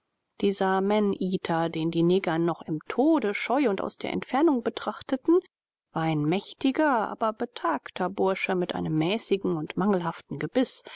dieser maneater den die neger noch im tode scheu und aus der entfernung betrachteten war ein mächtiger aber betagter bursche mit einem mäßigen und mangelhaften gebiß